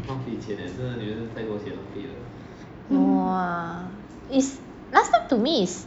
!wah! is last time to me is